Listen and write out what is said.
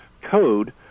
code